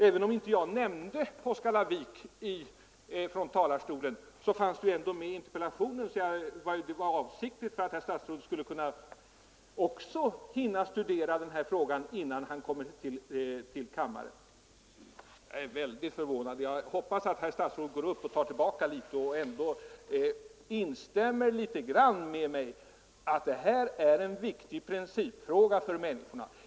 Även om jag inte nämnde Påskallavik i mitt anförande så fanns det med i interpellationen, och det var avsiktligt, för att statsrådet också skulle hinna studera denna fråga innan han kom till kammaren. Jag hoppas att herr statsrådet tar tillbaka litet av vad han sade och instämmer i att detta är en viktig principfråga för människorna.